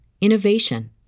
innovation